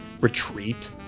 retreat